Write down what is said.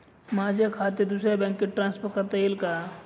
माझे खाते दुसऱ्या बँकेत ट्रान्सफर करता येईल का?